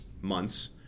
months